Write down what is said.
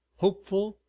hopeful,